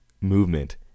movement